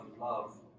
love